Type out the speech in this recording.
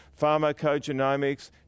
pharmacogenomics